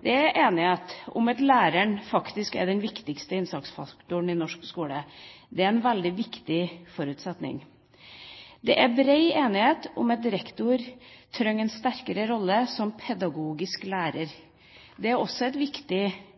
Det er enighet om at læreren faktisk er den viktigste innsatsfaktoren i norsk skole. Det er en veldig viktig forutsetning. Det er bred enighet om at rektor må ha en sterkere rolle som pedagogisk leder. Det er viktig at vi er enige om det i denne salen. Rektor har en viktig